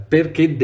Perché